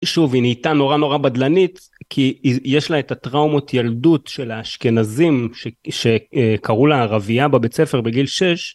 שוב היא נהייתה נורא נורא בדלנית כי יש לה את הטראומות ילדות של האשכנזים שקראו לה ערהייה בבית ספר בגיל 6.